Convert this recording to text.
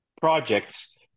projects